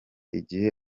igihe